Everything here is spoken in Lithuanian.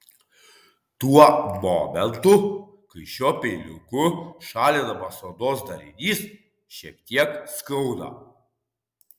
tuo momentu kai šiuo peiliuku šalinamas odos darinys šiek tiek skauda